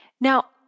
Now